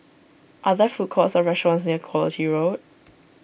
are there food courts or restaurants near Quality Road